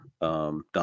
Don